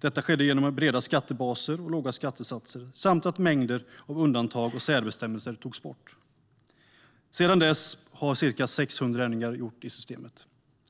Detta skedde genom breda skattebaser och låga skattesatser och genom att mängder av undantag och särbestämmelser togs bort. Sedan dess har ca 600 ändringar gjorts i systemet,